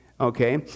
Okay